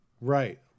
right